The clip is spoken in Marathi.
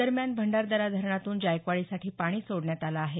दरम्यान भंडारदरा धरणातून जायकवाडीसाठी पाणी सोडण्यात आलं आहे